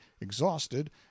exhausted